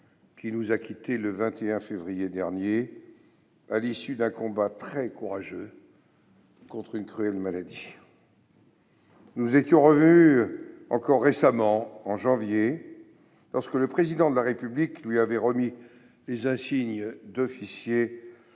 qui nous a quittés le 21 février dernier à l'issue d'un combat très courageux contre une cruelle maladie. Nous nous étions revus récemment encore, en janvier de cette année, lorsque le Président de la République lui avait remis les insignes d'officier